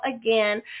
again